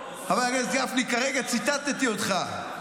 חבר הכנסת גפני, כרגע ציטטתי אותך.